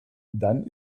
dann